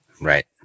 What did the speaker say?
Right